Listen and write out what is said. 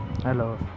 Hello